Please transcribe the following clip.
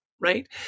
right